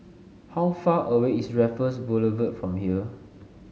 how far away is Raffles Boulevard from here